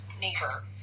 neighbor